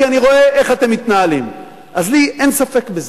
כי אני רואה איך אתם מתנהלים, אז לי אין ספק בזה.